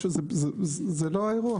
זה לא האירוע.